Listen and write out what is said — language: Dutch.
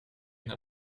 naar